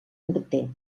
morter